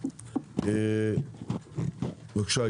בבקשה,